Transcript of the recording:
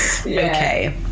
Okay